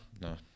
no